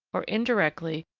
or indirectly,